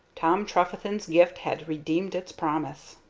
tom trefethen's gift had redeemed its promise.